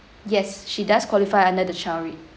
yes she does qualify under the child rate